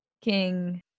King